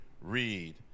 read